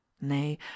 nay